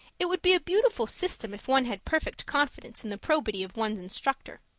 it would be a beautiful system if one had perfect confidence in the probity of one's instructor.